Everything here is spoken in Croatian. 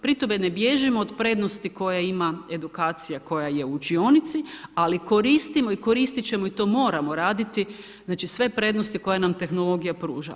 Pri tome ne bježimo od prednosti koje ima edukacija koja je u učionici, ali koristimo i koristit ćemo i to moramo raditi, znači sve prednosti koje na tehnologija pruža.